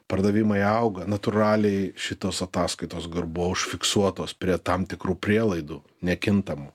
pardavimai auga natūraliai šitos ataskaitos kur buvo užfiksuotos prie tam tikrų prielaidų nekintamų